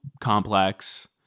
complex